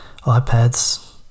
iPads